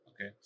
Okay